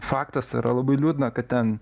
faktas tai yra labai liūdna kad ten